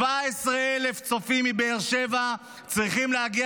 17,000 צופים מבאר שבע צריכים להגיע